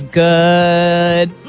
good